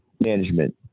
management